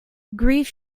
grief